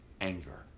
anger